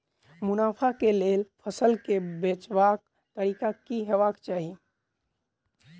मुनाफा केँ लेल फसल केँ बेचबाक तरीका की हेबाक चाहि?